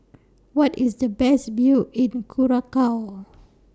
What IS The Best View in Curacao